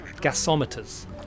gasometers